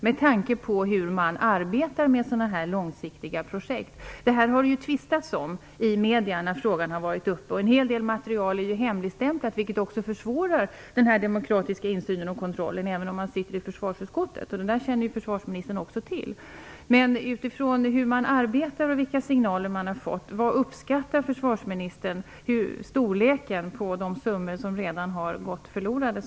Det har när den här frågan har varit uppe tvistats om detta i medierna, och en hel del material är hemligstämplat, vilket försvårar den demokratiska insynen och kontrollen, även för den som sitter i försvarsutskottet. Detta känner också försvarsministern till. Vilken uppskattning, utifrån hur man arbetar och de signaler som man har fått, gör försvarsministern av storleken av de summor som redan har gått förlorade?